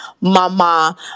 mama